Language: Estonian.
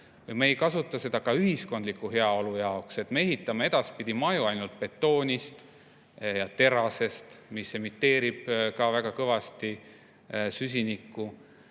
me ei kasuta seda ka ühiskondliku heaolu jaoks, me ehitame edaspidi maju ainult betoonist ja terasest, mis emiteerib ka väga kõvasti süsinikku,